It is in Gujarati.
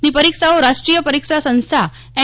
ની પરીક્ષાઓ રાષ્ટ્રીય પરીક્ષા સંસ્થા એન